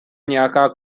nějaká